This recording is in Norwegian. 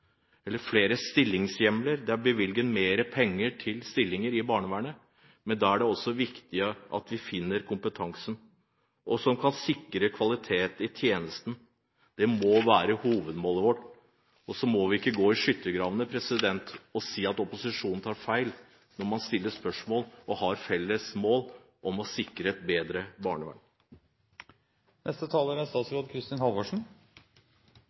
eller skal jobbe i barnevernet, når det faktisk er andre yrkesgrupper som er kvalifisert til denne jobben. Vi har hørt regjeringspartiene si at det er flere stillingshjemler – det er bevilget mer penger til stillinger i barnevernet. Men da er det også viktig at vi finner kompetansen som kan sikre kvalitet i tjenesten. Det må være hovedmålet vårt. Og så må man ikke gå i skyttergravene og si at opposisjonen tar feil når man stiller spørsmål og har